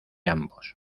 ambos